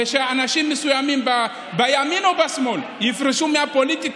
כשאנשים מסוימים בימין או בשמאל יפרשו מהפוליטיקה,